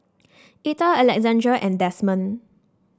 Etta Alexandra and Desmond